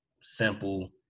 simple